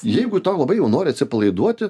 jeigu tau labai jau nori atsipalaiduoti